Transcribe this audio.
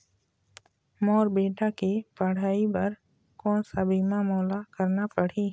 मोर बेटा के पढ़ई बर कोन सा बीमा मोला करना पढ़ही?